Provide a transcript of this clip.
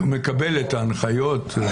מקבל את ההנחיות.